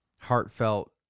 heartfelt